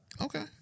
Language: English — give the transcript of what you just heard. Okay